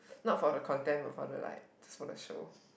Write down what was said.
not for the content but for the like just for the show